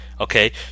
okay